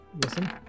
listen